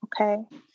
Okay